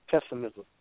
pessimism